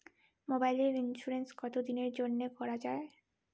মোবাইলের ইন্সুরেন্স কতো দিনের জন্যে করা য়ায়?